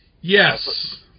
Yes